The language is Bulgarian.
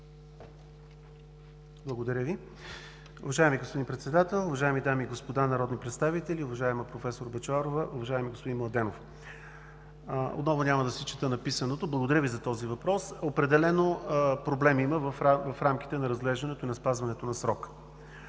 ПОРОЖАНОВ: Уважаема госпожо Председател, уважаеми дами и господа народни представители, уважаема професор Бъчварова, уважаеми господин Младенов! Отново няма да си чета написаното. Благодаря Ви за този въпрос. Определено проблем има в рамките на разглеждането и неспазването на срока.